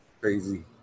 Crazy